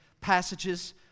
passages